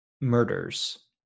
murders